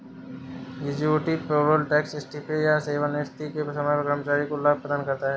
gratuity payroll tax इस्तीफे या सेवानिवृत्ति के समय कर्मचारी को लाभ प्रदान करता है